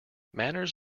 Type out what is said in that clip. manners